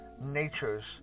nature's